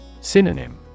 Synonym